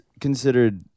considered